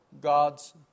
God's